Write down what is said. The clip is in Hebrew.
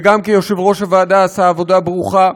וגם כיושב-ראש הוועדה עשה עבודה ברוכה.